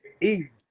Easy